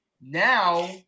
Now